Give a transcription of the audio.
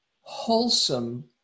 wholesome